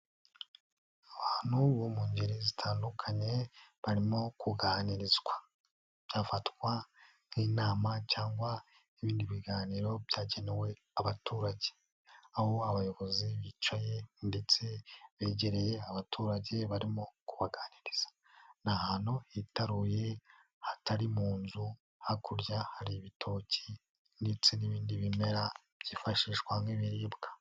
Abantu bo mu ngeri zitandukanye barimo kuganirizwa. hafatwa nk'inama cyangwa ibindi biganiro byagenewe abaturage, aho abayobozi bicaye ndetse begereye abaturage barimo kubaganiriza. Ni ahantu hitaruye hatari mu nzu hakurya hari ibitoki ndetse n'ibindi bimera byifashishwa nk'ibiribwa.